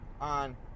on